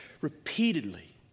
repeatedly